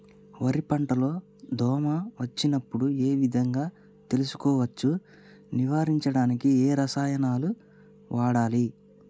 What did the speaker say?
వరి పంట లో దోమ వచ్చినప్పుడు ఏ విధంగా తెలుసుకోవచ్చు? నివారించడానికి ఏ రసాయనాలు వాడాలి?